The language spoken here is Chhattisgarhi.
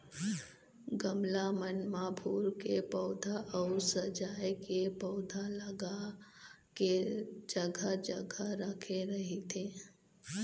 गमला मन म फूल के पउधा अउ सजाय के पउधा ल लगा के जघा जघा राखे रहिथे